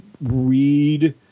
read